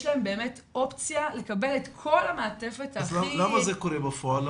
יש להם באמת אופציה לקבל את המעטפת הכי --- אז למה זה קורה בפועל?